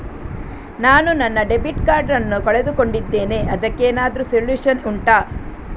ನಾನು ನನ್ನ debit card ನ್ನು ಕಳ್ಕೊಂಡಿದ್ದೇನೆ ಅದಕ್ಕೇನಾದ್ರೂ ಸೊಲ್ಯೂಷನ್ ಉಂಟಾ